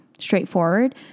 straightforward